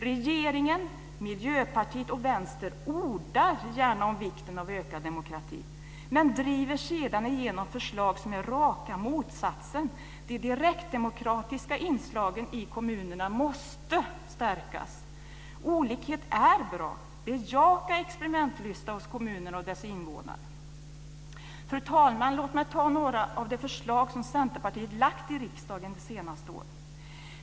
Regeringen, Miljöpartiet och Vänstern ordar gärna om vikten av ökad demokrati, men driver sedan igenom förslag som är raka motsatsen. De direktdemokratiska inslagen i kommunerna måste stärkas. Olikhet är bra. Bejaka experimentlust hos kommunerna och deras invånare! Fru talman! Låt mig nämna några av de förslag som Centerpartiet lagt fram i riksdagen under det senaste året.